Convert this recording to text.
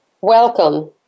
Welcome